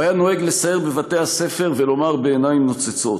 הוא היה נוהג לסייר בבתי-הספר ולומר בעיניים נוצצות: